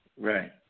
Right